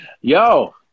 Yo